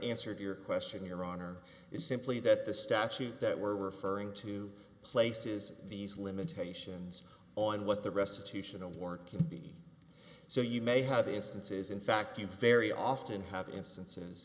answer to your question your honor is simply that the statute that were referring to places these limitations on what the restitution of work can be so you may have instances in fact you very often have instances